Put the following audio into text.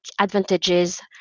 advantages